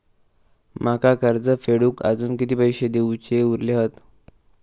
माका कर्ज फेडूक आजुन किती पैशे देऊचे उरले हत?